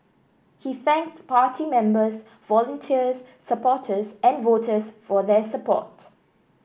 he thanked party members volunteers supporters and voters for their support